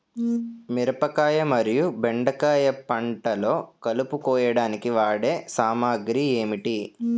మిరపకాయ మరియు బెండకాయ పంటలో కలుపు కోయడానికి వాడే సామాగ్రి ఏమిటి?